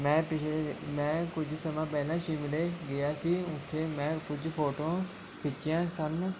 ਮੈਂ ਪਿਛਲੇ ਮੈਂ ਕੁਝ ਸਮਾਂ ਪਹਿਲਾਂ ਸ਼ਿਮਲੇ ਗਿਆ ਸੀ ਉੱਥੇ ਮੈਂ ਕੁਝ ਫੋਟੋਆ ਖਿੱਚੀਆਂ ਸਨ